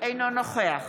אינו נוכח